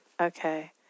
Okay